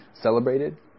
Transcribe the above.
celebrated